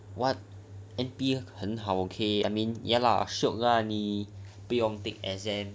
what N_P 很好 okay